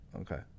Okay